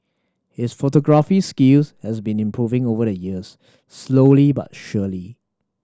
his photography skills have been improving over the years slowly but surely